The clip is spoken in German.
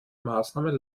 maßnahmen